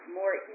more